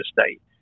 State